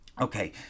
Okay